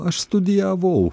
aš studijavau